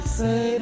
say